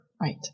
Right